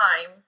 time